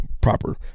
proper